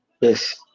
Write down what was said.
yes